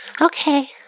Okay